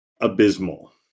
abysmal